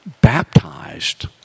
baptized